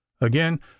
again